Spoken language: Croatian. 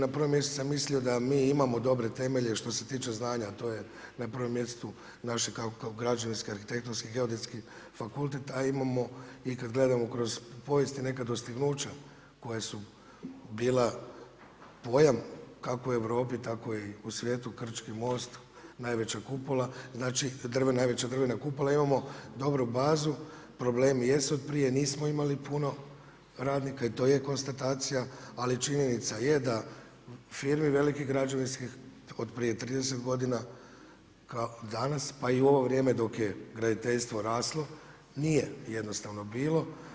Na prvom mjestu sam mislio da mi imamo dobre temelje što se tiče znanja, to je na prvom mjestu naši kao građevinski, arhitektonski, geodetski fakultet, a imamo kada gledamo kroz povijest i neka dostignuća koja su bila pojam kako u Europi tako i u svijetu, Krčki most, najveća drvena kupola, imamo dobru bazu, problemi jesu prije nismo imali puno radnika i to je konstatacija, ali činjenica je da … velikih građevinskih od prije 30 godina danas pa i u ovo vrijeme dok je graditeljstvo raslo nije jednostavno bilo.